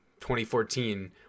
2014